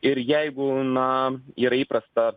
ir jeigu na yra įprasta